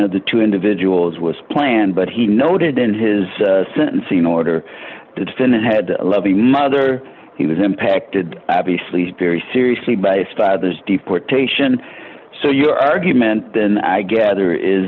of the two individuals was planned but he noted in his sentencing order the defendant had a loving mother he was impacted obviously very seriously but there's deportation so your argument then i gather is